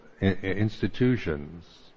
institutions